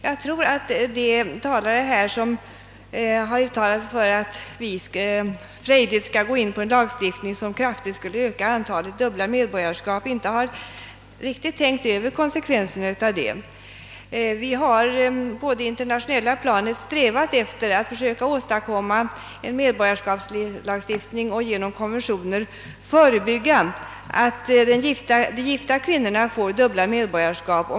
Jag tror att de talare som här uttalat sig för att riksdagen frejdigt borde anta en lagstiftning som kraftigt skulle öka antalet dubbla medborgarskap inte riktigt tänkt över konsekvenserna av det. Vi har på det internationella planet strävat efter att genom konventioner förebygga att de gifta kvinnorna får dubbla medborgarskap.